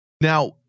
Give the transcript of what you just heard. Now